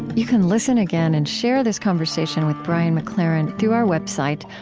you can listen again and share this conversation with brian mclaren through our website,